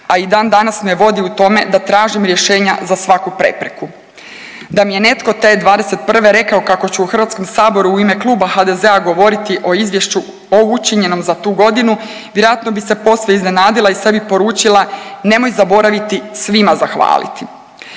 a i dan danas me vodi u tome da tražim rješenja za svaku prepreku. Da mi je netko te '21. rekao kako ću u HS-u u ime kluba HDZ-a govoriti o izvješću o učinjenom za tu godinu vjerojatno bi se posve iznenadila i sebi poručila nemoj zaboraviti svima zahvaliti.